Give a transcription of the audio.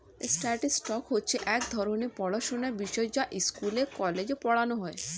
statistics হচ্ছে এক ধরণের পড়াশোনার বিষয় যা স্কুলে, কলেজে পড়ানো হয়